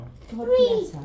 Three